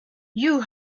you